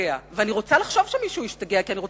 ואני באמת רוצה לחשוב שמישהו השתגע כי אני לא